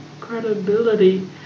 credibility